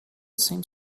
same